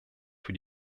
für